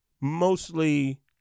Mostly